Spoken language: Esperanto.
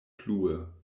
plue